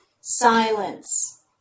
silence